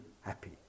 happy